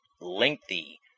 lengthy